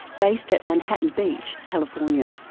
based at manhattan beach, california.